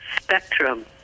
spectrum